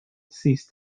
cease